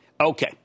Okay